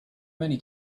many